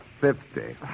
Fifty